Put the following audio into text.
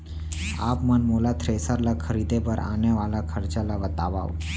आप मन मोला थ्रेसर ल खरीदे बर आने वाला खरचा ल बतावव?